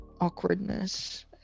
awkwardness